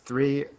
three